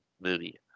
movie